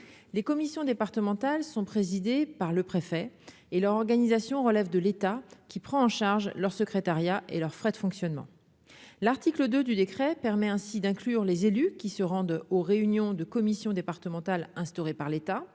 les commissions départementales sont présidées par le préfet et leur organisation relève de l'État qui prend en charge leur secrétariat et leurs frais de fonctionnement, l'article 2 du décret permet ainsi d'inclure les élus qui se rendent aux réunions de commissions départementales instaurée par l'État,